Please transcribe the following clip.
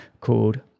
called